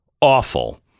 Awful